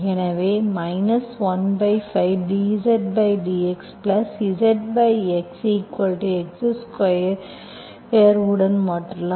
எனவே 15 dZdxZxx2உடன் மாற்றலாம்